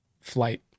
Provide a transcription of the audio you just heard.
flight